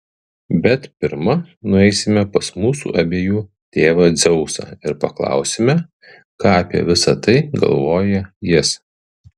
bet pirma nueisime pas mūsų abiejų tėvą dzeusą ir paklausime ką apie visa tai galvoja jis